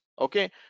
okay